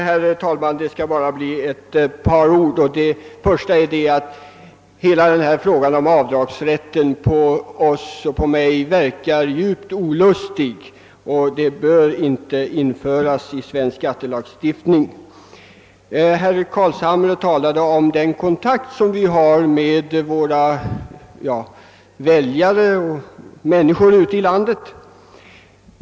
Herr talman! Allt detta tal om avdragsrätt verkar på mig djupt olustigt. Någon sådan bör inte införas i svensk skattelagstiftning. Herr Carlshamre talade om den kontakt som vi har med våra väljare och andra människor ute i landet.